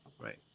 Right